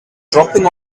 dropping